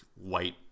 white